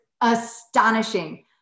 astonishing